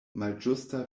malĝusta